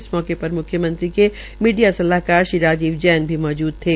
इस मौके पर मुख्यमंत्री के मीडिया सलाहकार श्री राजीव जैन भी मौजूद थे